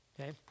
Okay